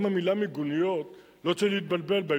גם המלה מיגוניות לא צריך להתבלבל בה,